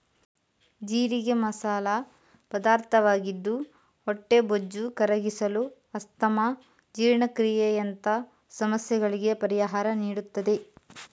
ಜೀರಿಗೆ ಮಸಾಲ ಪದಾರ್ಥವಾಗಿದ್ದು ಹೊಟ್ಟೆಬೊಜ್ಜು ಕರಗಿಸಲು, ಅಸ್ತಮಾ, ಜೀರ್ಣಕ್ರಿಯೆಯಂತ ಸಮಸ್ಯೆಗಳಿಗೆ ಪರಿಹಾರ ನೀಡುತ್ತದೆ